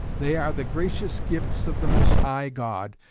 they are the gracious gifts of the most high god,